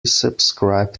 subscribe